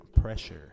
pressure